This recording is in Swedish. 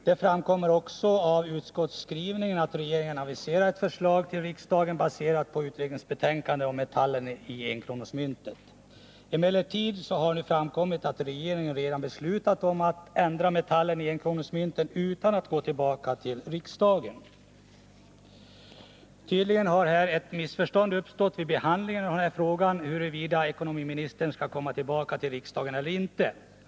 Det framgår också av utskottsskrivningen att regeringen aviserar ett förslag till riksdagen, baserat på utredningsbetänkandet om metallen i enkronemyntet. Emellertid har regeringen redan beslutat att ändra metallen i enkronemyntet, utan att gå tillbaka till riksdagen. Tydligen har ett missförstånd uppstått vid behandlingen av denna fråga, huruvida ekonomiministern skulle komma tillbaka till riksdagen eller inte.